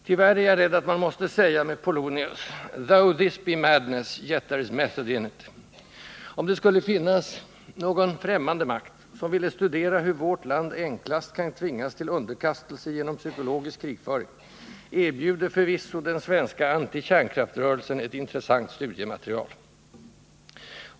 Tyvärr är jag rädd att man måste säga med Polonius: ”Though this be madness, yet there's method in't.” Om det skulle finnas någon främmande makt, som ville studera hur vårt land enklast kan tvingas till underkastelse genom psykologisk krigföring, erbjuder förvisso den svenska antikärnkraftsrörelsen ett intressant studiematerial.